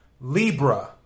Libra